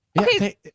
Okay